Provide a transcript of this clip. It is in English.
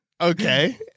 Okay